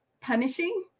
punishing